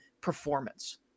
performance